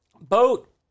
Boat